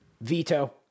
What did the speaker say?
veto